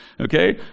Okay